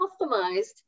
customized